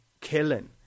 killing